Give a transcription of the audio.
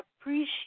appreciate